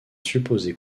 supposé